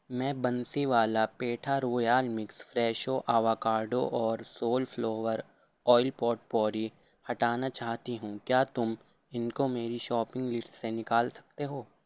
میں Bansi Wala petha royal mix Fresho avocado اور sunflower oil potpourri ہٹانا چاہتی ہوں کیا تم ان کو میری شاپنگ لسٹ سے نکال سکتے ہو